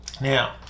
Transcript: Now